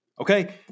Okay